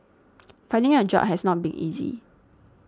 finding a job has not been easy